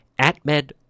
atmed